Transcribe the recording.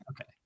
Okay